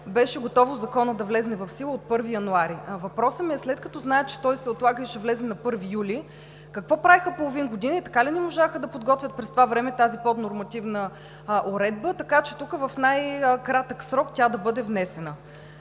беше готово Законът да влезе в сила от 1 януари 2020 г. Въпросът ми е: след като знаят, че той се отлага и ще влезе на 1 юли, какво правиха половин година и не можаха ли да подготвят през това време тази поднормативна уредба, така че тук в най-кратък срок тя да бъде внесена?